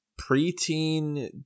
preteen